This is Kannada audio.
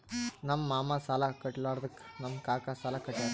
ನಮ್ ಮಾಮಾ ಸಾಲಾ ಕಟ್ಲಾರ್ದುಕ್ ನಮ್ ಕಾಕಾ ಸಾಲಾ ಕಟ್ಯಾರ್